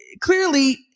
clearly